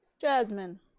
Jasmine